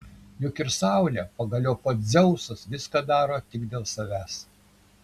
juk ir saulė pagaliau pats dzeusas viską daro tik dėl savęs